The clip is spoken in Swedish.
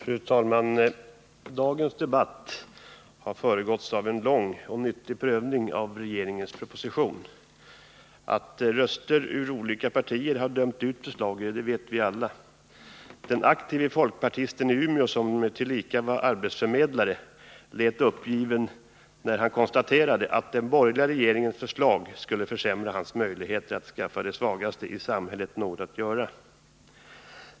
Fru talman! Dagens debatt har föregåtts av en lång och nyttig prövning av regeringens proposition. Att röster ur olika partier har dömt ut förslaget vet vi alla. Den aktive folkpartisten i Umeå som tillika var arbetsförmedlare lät uppgiven när han konstaterade att den borgerliga regeringens förslag skulle försämra hans möjligheter att skaffa de svagaste i samhället något att göra.